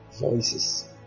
Voices